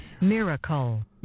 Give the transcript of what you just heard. Miracle